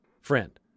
Friend